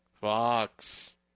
Fox